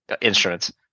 instruments